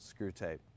Screwtape